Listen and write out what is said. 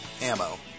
ammo